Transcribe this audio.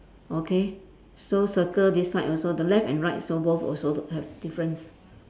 okay so circle this side also the left and right so both also d~ have difference